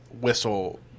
whistle